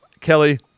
Kelly